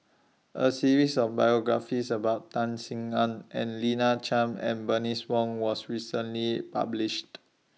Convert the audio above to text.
A series of biographies about Tan Sin Aun and Lina Chiam and Bernice Wong was recently published